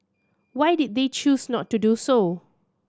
why did they choose not to do so